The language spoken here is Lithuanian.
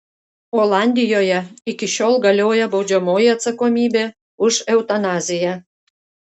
olandijoje iki šiol galioja baudžiamoji atsakomybė už eutanaziją